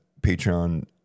Patreon